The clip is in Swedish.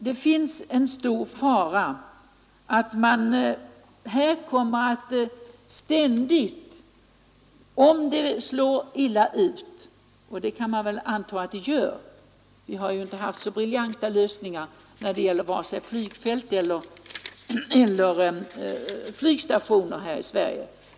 Det finns en stor fara i att man — om det slår illa ut — ständigt kommer att åberopa sig på det som man uppfattar ljumma intresse som funnits för att pröva en lösning som levererats utanför luftfartsverket.